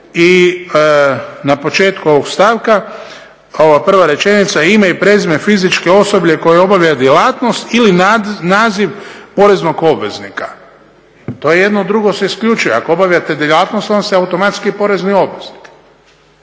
I na početku ovog stavka ova prva rečenica ime i prezime fizičke osobe koja obavlja djelatnost ili naziv poreznog obveznika. To jedno drugo se isključuje. Ako obavljate djelatnost onda ste automatski porezni obveznik.